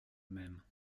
même